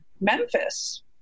memphis